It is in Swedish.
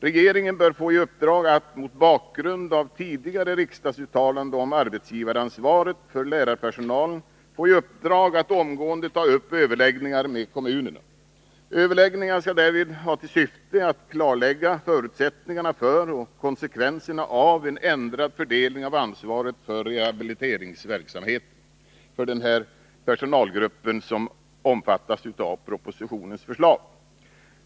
Regeringen bör få i uppdrag att, mot bakgrund av 159 tidigare riksdagsuttalande om arbetsgivaransvaret för lärarpersonalen, omgående ta upp överläggningar med kommunerna. Överläggningarna skall därvid ha till syfte att klarlägga förutsättningarna för och konsekvenserna av en ändrad fördelning av ansvaret för rehabiliteringsverksamheten för de personalgrupper som omfattas av propositionens förslag.